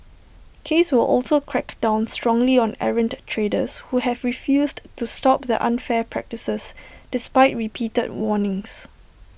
case will also crack down strongly on errant traders who have refused to stop their unfair practices despite repeated warnings